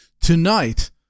tonight